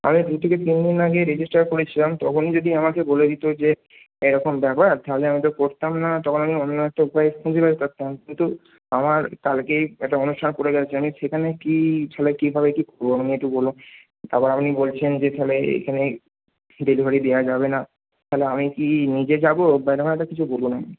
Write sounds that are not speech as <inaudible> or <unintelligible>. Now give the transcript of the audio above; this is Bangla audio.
আমি দু থেকে তিনদিন আগে রেজিস্টার করেছিলাম তখন যদি আমাকে বলে দিত যে এরকম ব্যাপার তাহলে আমি তো করতাম না তখন আমি অন্য একটা উপায় খুঁজে বের করতাম কিন্তু আমার কালকেই একটা অনুষ্ঠান পড়ে গেছে আমি সেখানে কী তাহলে কীভাবে কী করব আপনি একটু বলুন তারপর আপনি বলছেন যে তাহলে এখানে ডেলিভারি দেওয়া যাবে না তাহলে আমি কি নিজে যাব <unintelligible> কিছু বলুন <unintelligible>